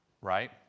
right